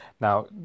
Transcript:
now